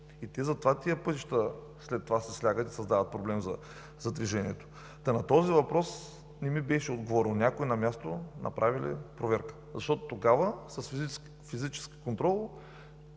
– затова тези пътища след това се слягат и създават проблем за движението. На този въпрос не ми беше отговорено: някой на място направи ли проверка? Защото тогава с физически контрол